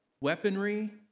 weaponry